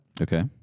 Okay